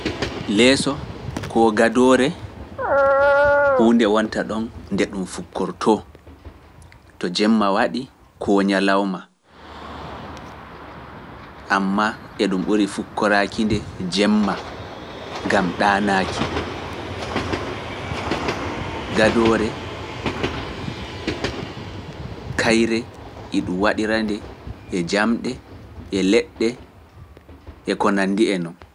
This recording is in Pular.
Leeso koo gadoore huunde wonta ɗon nde ɗum fukkortoo, to jemma waɗii koo ñalawma, ammaa e ɗum ɓuri fukkoraaki-nde jemma, ngam ɗaanaaki. Gadoore, kayre e ɗum waɗira-nde e jamɗe, e leɗɗe, e ko nanndi e non.